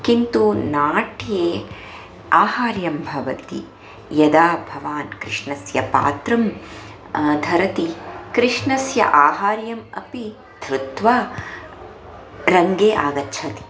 किन्तु नाट्ये आहार्यं भवति यदा भवान् कृष्णस्य पात्रं धरति कृष्णस्य आहार्यम् अपि धृत्वा रङ्गे आगच्छति